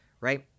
right